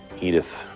Edith